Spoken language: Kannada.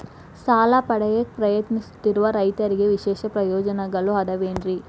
ಸಾಲ ಪಡೆಯಾಕ್ ಪ್ರಯತ್ನಿಸುತ್ತಿರುವ ರೈತರಿಗೆ ವಿಶೇಷ ಪ್ರಯೋಜನಗಳು ಅದಾವೇನ್ರಿ?